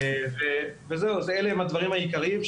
אלה הם הדברים העיקריים.